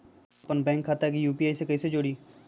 अपना बैंक खाता के यू.पी.आई से कईसे जोड़ी?